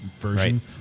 version